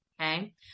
Okay